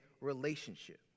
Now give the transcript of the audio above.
relationship